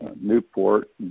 Newport